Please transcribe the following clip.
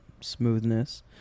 smoothness